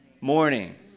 morning